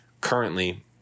currently